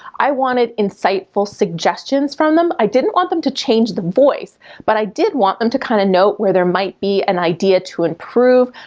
i wanted insightful suggestions from them. i didn't want them to change the voice but i did want them to kinda note where there might be an idea to improve,